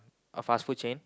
a fast food chain